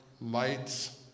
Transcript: lights